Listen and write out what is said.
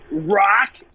Rock